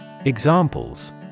Examples